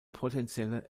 potentielle